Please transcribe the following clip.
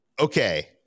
Okay